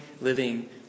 living